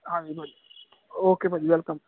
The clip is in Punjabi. ਹਾਂਜੀ ਭਾਜੀ ਓਕੇ ਭਾਜੀ ਵੈਲਕਮ